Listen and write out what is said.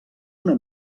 una